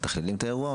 מתכללים את האירוע?